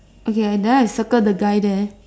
okay then I circle the guy there